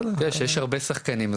יש הרבה שחקנים.